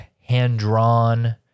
hand-drawn